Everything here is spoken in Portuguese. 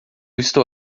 estou